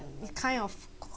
it kind of